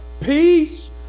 peace